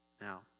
Now